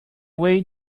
way